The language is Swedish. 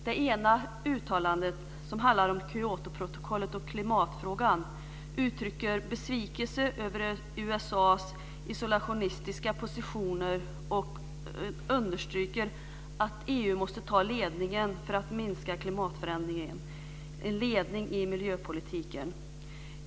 Det ena uttalandet, som handlar om Kyotoprotokollet och klimatfrågan, uttrycker besvikelse över USA:s isolationistiska positioner och understryker att EU måste ta ledningen för att minska klimatförändringen, ta ledningen i miljöpolitiken.